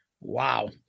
Wow